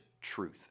truth